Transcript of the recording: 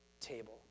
table